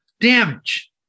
damage